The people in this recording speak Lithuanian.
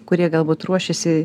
kurie galbūt ruošiasi